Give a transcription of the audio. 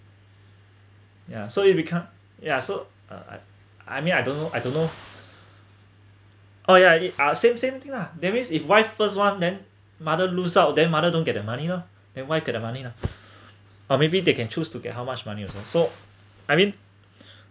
ya so you become yeah so I I mean I don't know I don't know oh yeah it ah same same thing lah that means if why first one then mother lose out then mother don't get the money loh than why the money ah or maybe they can choose to get how much money also so I mean